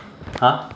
!huh!